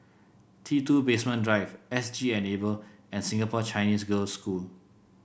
T two Basement Drive SG Enable and Singapore Chinese Girls' School